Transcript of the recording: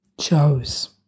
chose